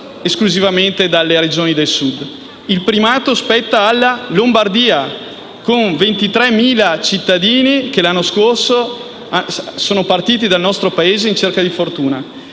esclusivamente dalle Regioni del Sud: il primato spetta alla Lombardia, con 23.000 cittadini che l'anno scorso sono partiti dal nostro Paese in cerca di fortuna;